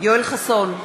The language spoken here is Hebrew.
יואל חסון,